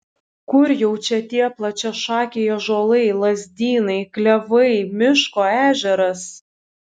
kur jau čia tie plačiašakiai ąžuolai lazdynai klevai miško ežeras